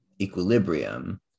equilibrium